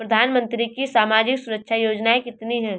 प्रधानमंत्री की सामाजिक सुरक्षा योजनाएँ कितनी हैं?